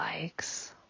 likes